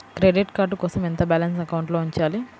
Credit card కోసం ఎంత balance అకౌంట్లో ఉంచాలి?